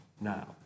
now